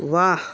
વાહ